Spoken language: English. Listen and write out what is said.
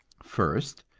first,